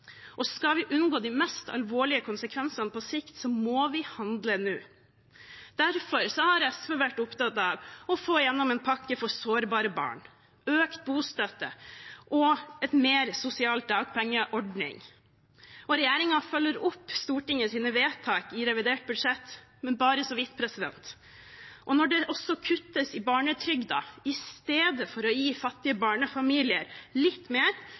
og skal vi unngå de mest alvorlige konsekvensene på sikt, må vi handle nå. Derfor har SV vært opptatt av å få igjennom en pakke for sårbare barn, økt bostøtte og en mer sosial dagpengeordning. Og regjeringen følger opp Stortingets vedtak i revidert budsjett, men bare så vidt. Når det også kuttes i barnetrygden i stedet for å gi fattige barnefamilier litt mer,